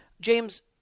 James